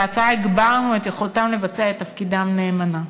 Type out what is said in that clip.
בהצעה הגברנו את יכולתם לבצע את תפקידם נאמנה.